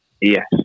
Yes